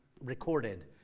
recorded